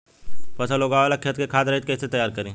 फसल उगवे ला खेत के खाद रहित कैसे तैयार करी?